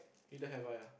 need to have wife ah